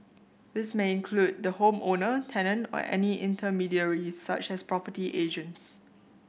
this may include the home owner tenant or any intermediaries such as property agents